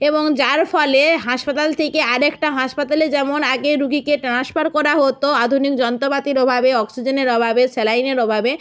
এবং যার ফলে হাসপাতাল থেকে আর একটা হাসপাতালে যেমন আগে রোগীকে ট্রান্সফার করা হতো আধুনিক যন্ত্রপাতির অভাবে অক্সিজেনের অভাবে স্যালাইনের অভাবে